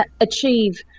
achieve